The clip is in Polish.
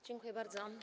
Dziękuję bardzo.